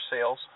sales